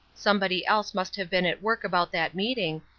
somebody else must have been at work about that meeting,